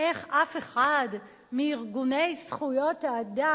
איך אף אחד מארגוני זכויות האדם,